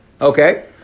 Okay